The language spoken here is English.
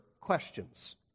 questions